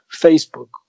Facebook